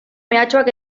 mehatxuak